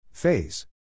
Phase